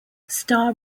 star